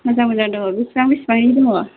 मोजां मोजां दं बेसेबां बेसेबांनि दङ